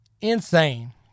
Insane